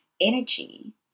energy